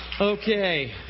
Okay